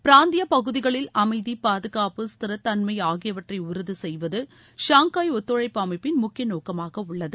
பிராந்திய பகுதிகளில் அமைதி பாதுகாப்பு ஸ்திரத்தன்மை ஆகியவற்றை உறுதி செய்வது ஷாங்காய் ஒத்துழைப்பு அமைப்பின் முக்கிய நோக்கமாக உள்ளது